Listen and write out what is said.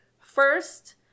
first